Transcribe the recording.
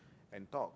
and talk